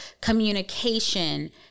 communication